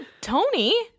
Tony